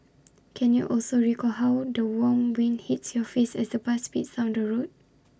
can you also recall how the warm wind hits your face as the bus speeds down the road